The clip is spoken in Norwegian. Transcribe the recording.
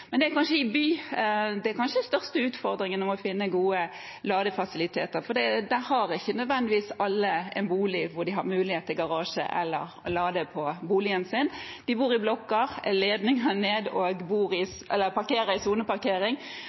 Det er kanskje i byene de største utfordringene med å finne gode ladefasiliteter er, for der har ikke nødvendigvis alle en bolig hvor de har mulighet til garasje eller å lade ved boligen sin. De bor i blokker og parkerer i soneparkering, så neste og